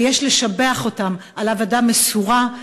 ויש לשבח אותם על עבודה מסורה,